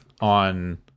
on